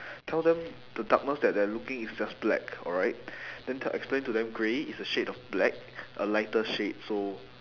tell them the darkness that they're looking is just black alright then te~ explain to them grey is a shade of black a lighter shade so